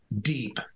deep